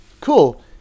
Cool